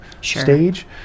stage